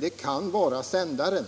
det kan vara sändaren.